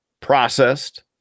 processed